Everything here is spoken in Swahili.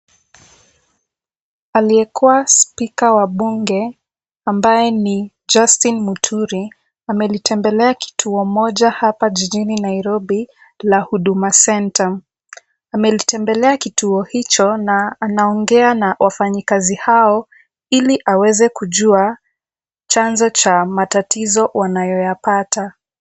Aliyekuwa spika wa bunge, ambaye ni Justin Muturi, amelitembelea kituo moja hapa jijini Nairobi la Huduma Centre. Amelitembelea kituo hicho na anaongea na wafanyikazi hao, ili aweze kujua chanzo cha matatizo wanayoyapata.